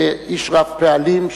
איש רב-פעלים,